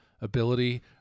Ability